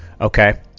okay